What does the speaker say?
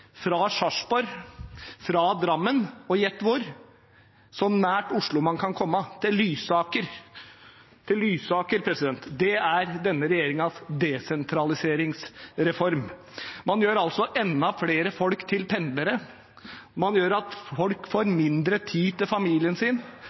fra Sarpsborg og Drammen til gjett hvor – så nært Oslo man kan komme: Lysaker. Det er denne regjeringens desentraliseringsreform. Man gjør enda flere folk til pendlere. Man gjør at folk får